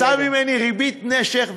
שרצה ממני ריבית נשך,